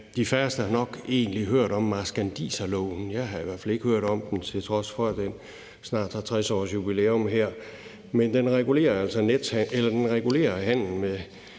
De færreste har nok egentlig hørt om marskandiserloven. Jeg havde i hvert fald ikke hørt om den, til trods for at den snart har 60-årsjubilæum her. Men den regulerer, som